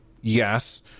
yes